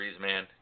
man